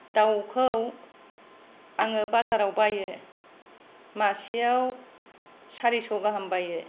दाउखौ आङो बाजाराव बायो मासेयाव सारिस' गाहाम बायो